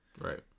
Right